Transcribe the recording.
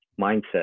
mindset